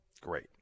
Great